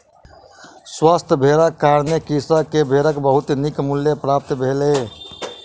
स्वस्थ भेड़क कारणें कृषक के भेड़क बहुत नीक मूल्य प्राप्त भेलै